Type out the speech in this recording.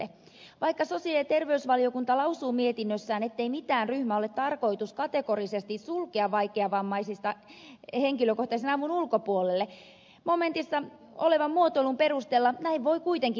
vaikka sosiaali ja terveysvaliokunta lausuu mietinnössään ettei mitään ryhmää vaikeavammaisista ole tarkoitus kategorisesti sulkea henkilökohtaisen avun ulkopuolelle momentissa olevan muotoilun perusteella näin voi kuitenkin tapahtua